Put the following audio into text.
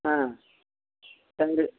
ஆ சரி